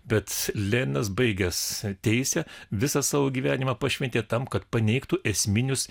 bet leninas baigęs teisę visą savo gyvenimą pašventė tam kad paneigtų esminius